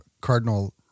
Cardinal